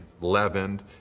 leavened